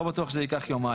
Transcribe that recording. לא בטוח שזה ייקח יומיים.